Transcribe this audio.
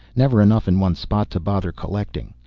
never enough in one spot to bother collecting.